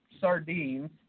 sardines